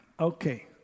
Okay